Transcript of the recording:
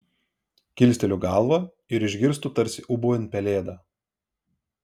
kilsteliu galvą ir išgirstu tarsi ūbaujant pelėdą